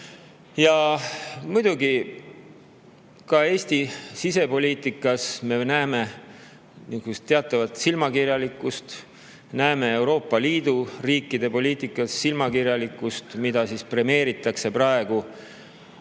Ja muidugi, ka Eesti sisepoliitikas me näeme teatavat silmakirjalikkust. Näeme Euroopa Liidu riikide poliitikas silmakirjalikkust, mida premeeritakse